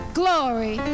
glory